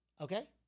Okay